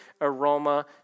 aroma